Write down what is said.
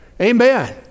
Amen